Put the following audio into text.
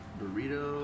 burrito